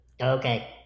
Okay